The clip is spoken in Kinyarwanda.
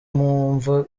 mwumva